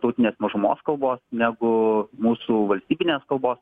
tautinės mažumos kalbos negu mūsų valstybinės kalbos